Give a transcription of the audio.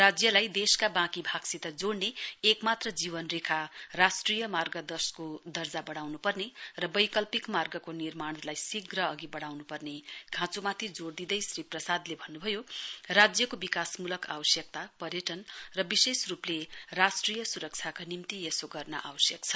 राज्यलाई देशका बाँकी भागसित जोइने एकमात्र जीवन रेखा राष्ट्रिय मार्ग दशको दर्जा बढाउनुपर्ने र वैलल्पिक मार्गको निर्माणलाई शीघ्र अघि बढाउनुपर्ने खाँचोमाथि जोड़ दिँदै श्री प्रसाद्ले भन्नुभयो राज्यको विकासमूलक आवश्यकता पर्यटन र विशेष रूपले राष्ट्रिय सुरक्षाका निम्ति यसो गर्न आवश्यक छ